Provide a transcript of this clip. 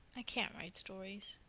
i can't write stories.